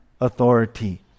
authority